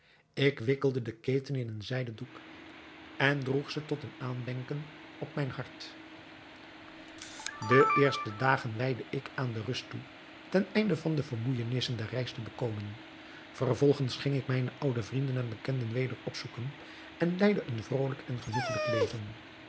ik wikkelde de keten in een zijden doek en droeg ze tot een aandenken op mijn hart de eerste dagen wijdde ik aan de rust toe ten einde van de vermoeijenissen der reis te bekomen vervolgens ging ik mijne oude vrienden en bekenden weder opzoeken en leidde een vrolijk en genoegelijk leven